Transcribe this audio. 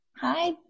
Hi